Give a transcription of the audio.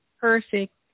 perfect